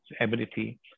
ability